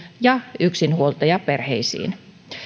ja yksinhuoltajaperheisiin